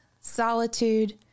solitude